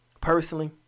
personally